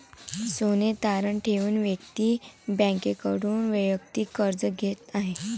सोने तारण ठेवून व्यक्ती बँकेकडून वैयक्तिक कर्ज घेत आहे